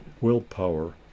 willpower